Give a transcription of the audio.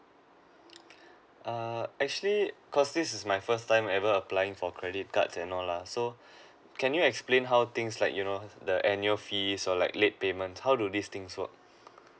err actually because this is my first time ever applying for credit cards and all lah so can you explain how things like you know the annual fees or like late payment how do these things work